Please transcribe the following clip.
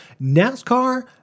NASCAR